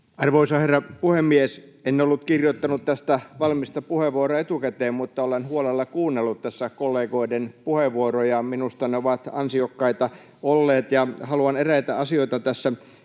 Arvoisa herra puhemies! En ollut kirjoittanut tästä valmista puheenvuoroa etukäteen, mutta olen huolella kuunnellut tässä kollegoiden puheenvuoroja — minusta ne ovat ansiokkaita olleet, ja haluan eräitä asioita tässä